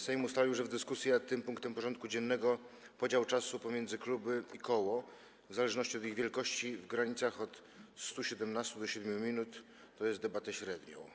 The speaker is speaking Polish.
Sejm ustalił w dyskusji nad tym punktem porządku dziennego podział czasu pomiędzy kluby i koło, w zależności od ich wielkości, w granicach od 117 do 7 minut, tj. debatę średnią.